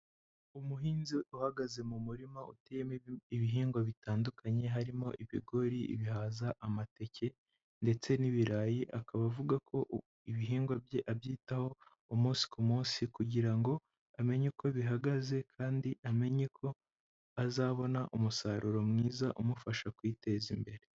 Umuhinzi uhagaze mu murima uteyemo ibihingwa bitandukanye harimo ibigori, ibihaza, amateke ndetse n'ibirayi akaba avuga ko ibihingwa bye abyitaho umunsi ku munsi kugira ngo amenye uko bihagaze kandi amenye ko azabona umusaruro mwiza umufasha kwiyiteza imbere.